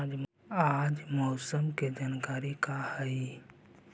आज मौसम के जानकारी का हई?